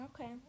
Okay